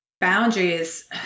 boundaries